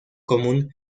común